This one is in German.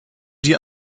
die